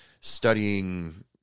studying